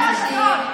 אני אומנם לא ברמה שלך,